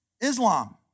Islam